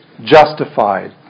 justified